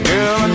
Girl